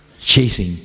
Chasing